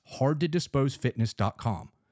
hardtodisposefitness.com